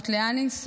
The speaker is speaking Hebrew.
לאן לנסוע?